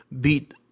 beat